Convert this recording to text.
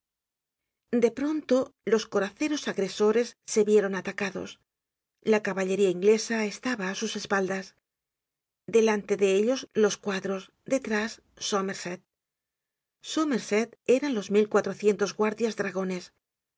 de pronto los coraceros agresores se vieron atacados la caballería inglesa estaba á sus espaldas delante de ellos los cuadros detrás somerset somerset eran los mil cuatrocientos guardias dragones